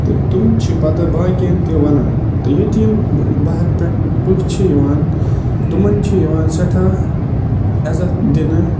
تہٕ تِم چھِ پتہٕ باقِیَن تہِ وَنان تہٕ ییٚتہِ یِم بہارٕ پٮ۪ٹھ پٕژھ چھِ یِوان تِمَن چھِ یِوان سٮ۪ٹھاہ عزت دِنہٕ